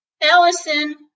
Allison